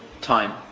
time